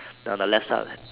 on the left side